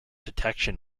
detection